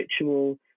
ritual